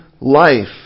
life